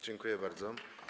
Dziękuję bardzo.